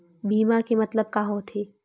बीमा के मतलब का होथे?